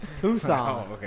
Tucson